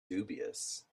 dubious